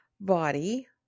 body